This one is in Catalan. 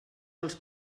dels